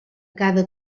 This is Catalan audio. cada